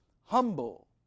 Humble